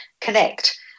connect